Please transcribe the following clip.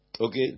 Okay